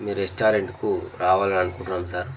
మీ రెస్టారెంట్కు రావాలనుకుటున్నాం సార్